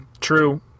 True